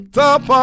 top